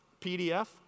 PDF